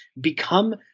become